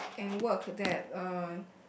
and work that uh